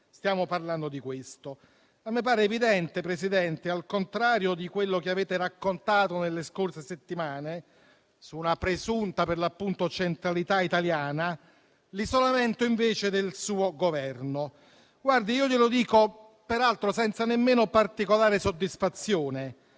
stiamo parlando di questo. A me pare evidente, Presidente, al contrario di quello che avete raccontato nelle scorse settimane su una presunta centralità italiana, l'isolamento, invece, del suo Governo. Glielo dico senza nemmeno particolare soddisfazione,